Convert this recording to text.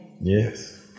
Yes